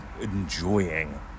enjoying